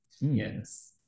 Yes